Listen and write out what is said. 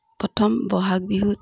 প্ৰথম বহাগ বিহুত